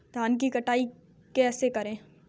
धान की कटाई कैसे करें?